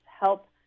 help